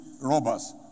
robbers